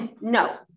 no